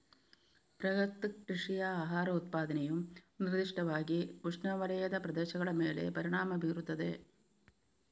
ಬೃಹತ್ ಕೃಷಿಯ ಆಹಾರ ಉತ್ಪಾದನೆಯು ನಿರ್ದಿಷ್ಟವಾಗಿ ಉಷ್ಣವಲಯದ ಪ್ರದೇಶಗಳ ಮೇಲೆ ಪರಿಣಾಮ ಬೀರುತ್ತದೆ